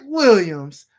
williams